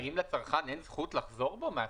האם לצרכן אין זכות לחזור בו מההסכמה?